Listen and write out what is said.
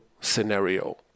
scenario